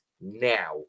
now